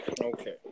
Okay